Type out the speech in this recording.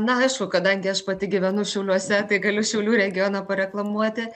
na aišku kadangi aš pati gyvenu šiauliuose tai galiu šiaulių regioną pareklamuoti